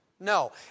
No